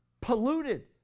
polluted